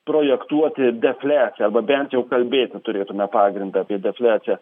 projektuoti defliaciją arba bent jau kalbėti turėtume pagrindą apie defliaciją